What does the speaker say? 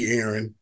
Aaron